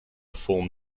form